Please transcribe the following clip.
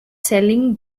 selling